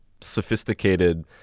sophisticated